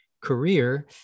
career